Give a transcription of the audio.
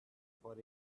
for